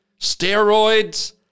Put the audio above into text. steroids